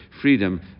freedom